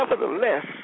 nevertheless